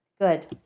Good